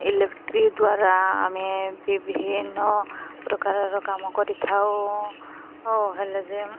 electric ଦ୍ୱାରା ଆମେ ବିଭିନ୍ନ ପ୍ରକାରର କାମ କରିଥାଉ ହେଉ ହେଲେଯେ